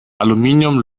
aluminium